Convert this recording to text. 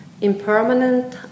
Impermanent